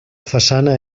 façana